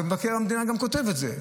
ומבקר המדינה גם כותב את זה,